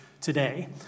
today